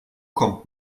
kommt